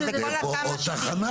זה כל התמ"א 70. או תחנה.